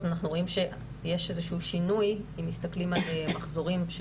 אנחנו רואים שיש איזשהו שינוי כשאנחנו מסתכלים מחזורים של